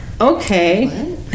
okay